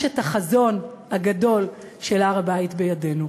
את החזון הגדול של "הר-הבית בידינו"?